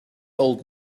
old